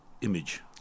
image